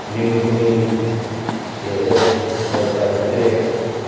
निम्बु पुनि धेरथोर व्यवसाय चलिरहेकै छ